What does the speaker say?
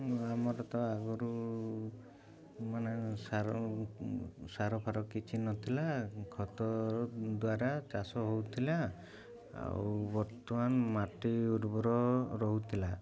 ଆମର ତ ଆଗରୁ ମାନେ ସାର ସାରଫାର କିଛି ନଥିଲା ଖତ ଦ୍ୱାରା ଚାଷ ହେଉଥିଲା ଆଉ ବର୍ତ୍ତମାନ ମାଟି ଉର୍ବର ରହୁଥିଲା